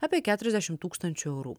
apie keturiasdešim tūkstančių eurų